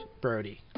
brody